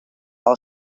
all